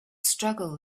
struggle